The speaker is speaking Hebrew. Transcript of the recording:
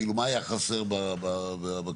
מה היה חסר בקודם?